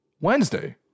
Wednesday